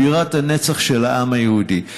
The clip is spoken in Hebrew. בירת הנצח של העם היהודי.